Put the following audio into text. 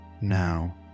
now